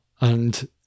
and-